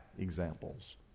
examples